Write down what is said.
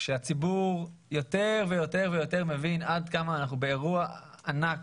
שהציבור יותר ויותר מבין עד כמה אנחנו באירוע ענק,